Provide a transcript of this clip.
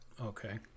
Okay